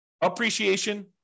appreciation